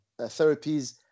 therapies